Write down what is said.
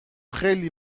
خیلی